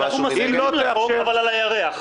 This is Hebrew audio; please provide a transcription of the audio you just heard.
מסכימים על החוק, אבל על ירח.